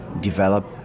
develop